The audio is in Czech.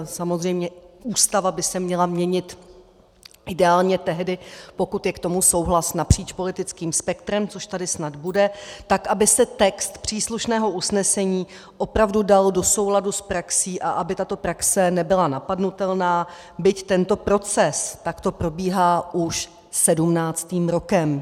Samozřejmě Ústava by se měla měnit ideálně tehdy, pokud je k tomu souhlas napříč politickým spektrem, což tady snad bude, tak aby se text příslušného usnesení opravdu dal do souladu s praxí a aby tato praxe nebyla napadnutelná, byť tento proces takto probíhá už sedmnáctým rokem.